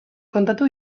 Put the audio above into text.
kontatu